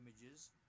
images